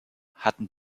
hatten